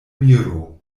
miro